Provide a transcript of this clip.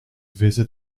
visit